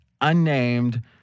unnamed